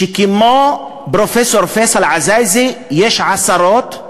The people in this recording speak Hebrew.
שכמו פרופסור פייסל עזאיזה יש עשרות,